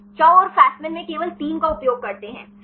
चाउ और फ़स्मान में केवल 3 का उपयोग करते हैंसही